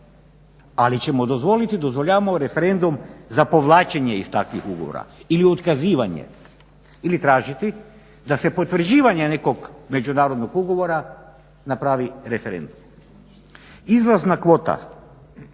ali ćemo dozvoliti i dozvoljavamo referendum za povlačenje iz takvih ugovora ili otkazivanje ili tražiti da se potvrđivanje nekog međunarodnog ugovora napravi referendum. Izlazna kvota